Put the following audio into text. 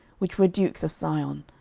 which were dukes of sihon,